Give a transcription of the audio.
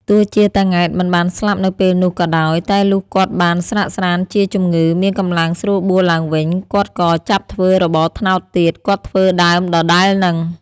ទោះជាតា ង៉ែតមិនបានស្លាប់នៅពេលនោះក៏ដោយ តែលុះគាត់បានស្រាកស្រាន្តជាជំងឺ មានកម្លាំងស្រួលបួលឡើងវិញ គាត់ក៏ ចាប់ធ្វើរបរត្នោតទៀត គាត់ធ្វើដើមដដែលហ្នឹង ។